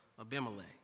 Abimelech